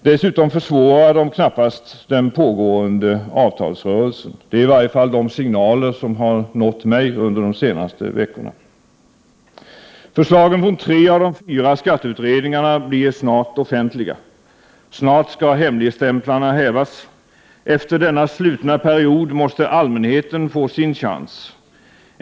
Dessutom försvårar de knappast den pågående avtalsrörelsen. Det är i varje fall signaler som nått mig under de senaste veckorna. Förslagen från tre av de fyra skatteutredningarna blir snart offentliga. Snart skall hemligstämplarna hävas. Efter denna slutna period måste allmänheten få sin chans.